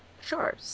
sure